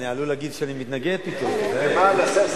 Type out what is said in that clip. אז אני עלול להגיד שאני מתנגד פתאום, תיזהר.